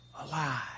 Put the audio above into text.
alive